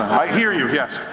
i hear you. yeah